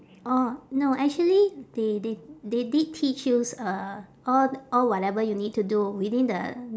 orh no actually they they they did teach you s~ uh all all whatever you need to do within the